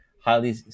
highly